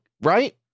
Right